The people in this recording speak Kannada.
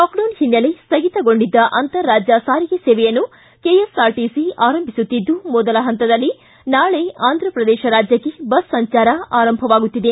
ಲಾಕ್ಡೌನ್ ಹಿನ್ನೆಲೆ ಸ್ವಗಿತಗೊಂಡಿದ್ದ ಅಂತಾರಾಜ್ಯ ಸಾರಿಗೆ ಸೇವೆಯನ್ನು ಕೆಎಸ್ಆರ್ಟಿಸಿ ಆರಂಭಿಸುತ್ತಿದ್ದು ಮೊದಲ ಹಂತದಲ್ಲಿ ನಾಳೆ ಆಂಧ್ರಪ್ರದೇಶ ರಾಜ್ಯಕ್ಕೆ ಬಸ್ ಸಂಚಾರ ಆರಂಭವಾಗುತ್ತಿದೆ